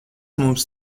mums